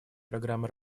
программы